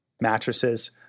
mattresses